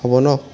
হ'ব ন